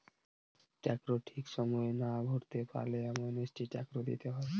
tax ঠিক সময়ে না ভরতে পারলে অ্যামনেস্টি ট্যাক্স দিতে হয়